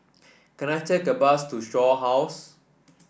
can I take a bus to Shaw House